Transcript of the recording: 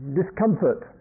discomfort